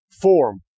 form